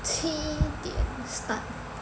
七点 start